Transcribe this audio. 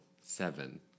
seven